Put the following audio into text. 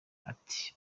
ati